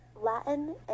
Latin